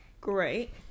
great